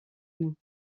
noms